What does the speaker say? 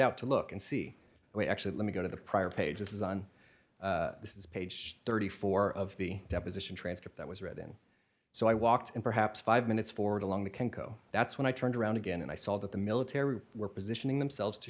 out to look and see what actually let me go to the prior pages on this is page thirty four of the deposition transcript that was read and so i walked in perhaps five minutes forward along the can go that's when i turned around again and i saw that the military were positioning themselves to